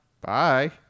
Bye